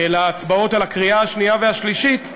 להצבעות על הקריאה השנייה והשלישית,